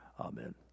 Amen